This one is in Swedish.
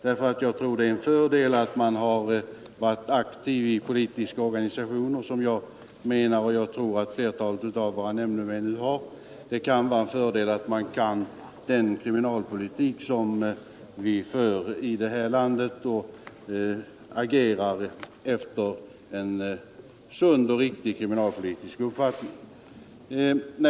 Det är en fördel att ha varit aktiv i politiska organisationer, och det kan vara en fördel att flertalet av våra nämndemän kan den kriminalpolitik som vi för i det här landet och agerar enligt en sund och riktig kriminalpolitisk uppfattning.